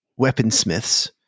weaponsmiths